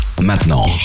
maintenant